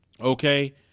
Okay